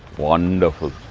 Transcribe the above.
wonderful.